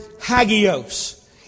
hagios